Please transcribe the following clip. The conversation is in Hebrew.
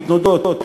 תנודות,